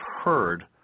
heard